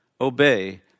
obey